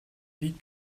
liegt